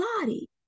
body